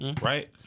right